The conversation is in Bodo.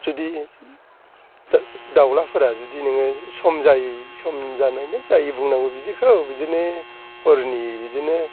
जुदि दावलाफोरा जुदि नोङो सम जायै सम जानाय ना जायै बुंनांगौ बिदिखौ बिदिनो हरनि बिदिनो